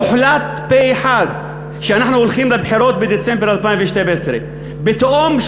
הוחלט פה-אחד שאנחנו הולכים לבחירות בדצמבר 2012. פתאום,